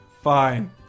fine